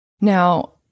Now